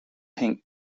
pink